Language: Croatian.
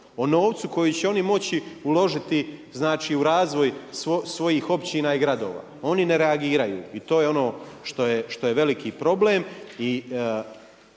o novcu koji će oni moći uložiti u razvoj svojih općina i gradova, oni ne reagiraju i to je ono što je veliki problem.